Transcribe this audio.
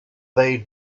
they